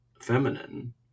feminine